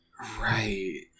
Right